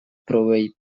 proveït